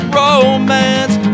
romance